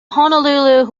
honolulu